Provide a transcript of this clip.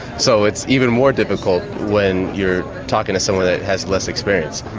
so it's even more difficult when you're talking to someone that has less experience.